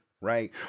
right